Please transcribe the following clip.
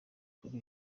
kuri